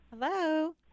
Hello